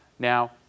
Now